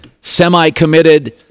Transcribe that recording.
semi-committed